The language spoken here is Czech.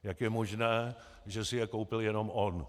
Jak je možné, že si je koupil jenom on?